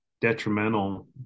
detrimental